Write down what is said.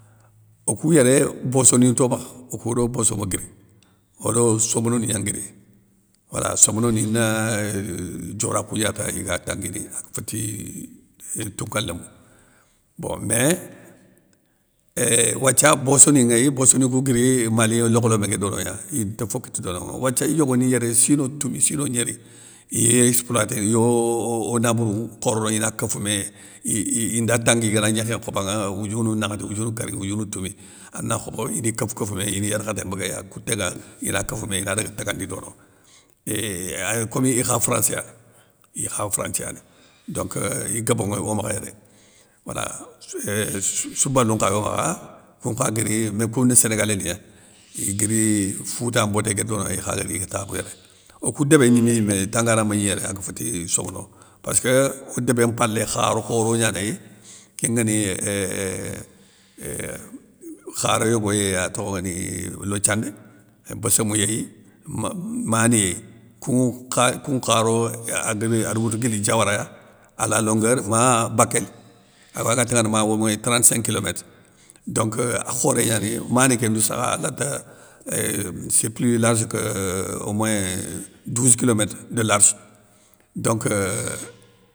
Okou yéré bossoni nto makha, okou do bosso ma guiri, odo sombono ni gna nguiri wala sombono ni, na diorakhou gna ta iga tanguini aga féti, tounka lémou. Bon mé éééuuhh wathia bosso ni nŋéy bossoni kou guiri mali, nokholémé ké donogna, inta fo kite dono, wathia iyogoni ya yéré sino toumi sino gnéri, iyi exploiténé, iyo o nabourou nkhorono ina kofoumé, ii inda tangui, igana gnékhé nkhobanŋa, woudiounou nakhati, woudiounou kérgui, woudiounou toumi, ana khobo ini kof kofoumé. ini yarkhaté mbéguéy kouténŋa ina daga tangandi dononŋa, éuuh ay komi ikha franssiya, ikha franthi yani, donc igabonŋa o makha yéré. Wala soyé, soubalou nkha yo makha, koun nkha guiri mé kouni sénégalien ni gna, iguiri fouta mboté ké donogna ikha gari iga takhou yéré. Okou débé gnimé yimé, tangana mégni yéré aga féti, sombono, passkeu o débé mpalé khar khoro gnanéy, kén nguéni euh kharé yogo yéy atokho nguéni lothiandé, beussémou yéy, me mani yéy, kou nkha koun nkharo aguébé ade woutou guili diawaraya a la longueur ma bakél awa aga taŋana ma au moyé trente cinq kilométre, donc euuh a khoré gnani, mani kéndou sakha alanta euuh sé plus large que au moyén douze kilométre de large, donc éuuh.